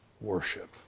worship